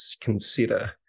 consider